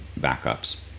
backups